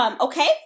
Okay